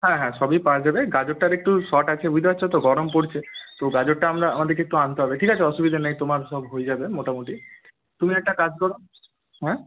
হ্যাঁ হ্যাঁ সবই পাওয়া যাবে গাজরটার একটু শর্ট আছে বুঝতে পারছো তো গরম পড়ছে তো গাজরটা আমরা আমাদেরকে একটু আনতে হবে ঠিক আছে অসুবিধে নেই তোমার সব হয়ে যাবে মোটামুটি তুমি একটা কাজ করো হ্যাঁ